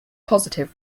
positive